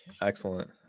Excellent